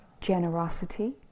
generosity